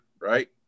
right